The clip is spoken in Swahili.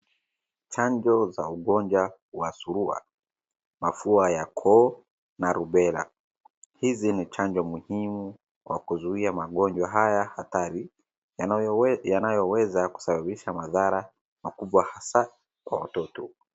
Chanjo za ugonjwa wa surua, mafua ya koo na rubela. Hizi ni chanjo muhimu kwa kuzuia magonjwa haya hatari, yanayoweza kusababisha madhara makubwa hasaa kwa watoto.